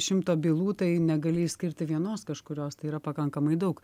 šimto bylų tai negali išskirti vienos kažkurios tai yra pakankamai daug